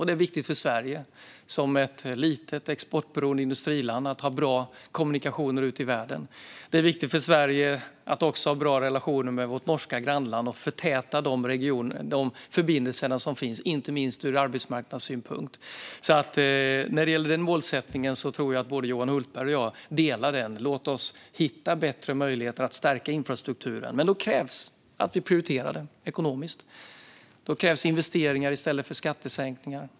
Det är viktigt för Sverige som ett litet, exportberoende industriland att ha bra kommunikationer ut i världen. Det är viktigt för Sverige att också ha bra relationer med vårt grannland Norge och förtäta de förbindelser som finns, inte minst ur arbetsmarknadssynpunkt. Den målsättningen tror jag att Johan Hultberg och jag delar. Låt oss hitta bättre möjligheter att stärka infrastrukturen. Men då krävs att vi prioriterar den ekonomiskt. Då krävs det investeringar i stället för skattesänkningar.